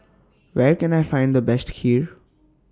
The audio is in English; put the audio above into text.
Where Can I Find The Best Kheer